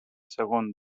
segon